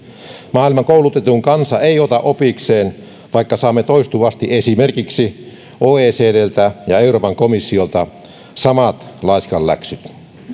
maailman koulutetuin kansa ei ota opikseen vaikka saamme toistuvasti esimerkiksi oecdltä ja euroopan komissiolta samat laiskanläksyt